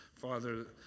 Father